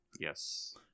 Yes